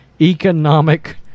economic